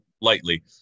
lightly